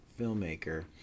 filmmaker